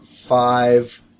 five